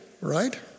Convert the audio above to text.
right